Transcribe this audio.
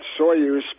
Soyuz